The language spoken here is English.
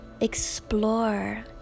explore